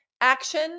action